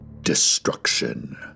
destruction